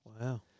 Wow